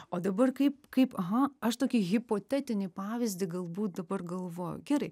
o dabar kaip kaip aha aš tokį hipotetinį pavyzdį galbūt dabar galvoju gerai